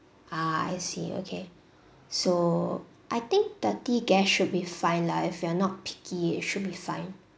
ah I see okay so I think thirty guests should be fine lah if you are not picky it should be fine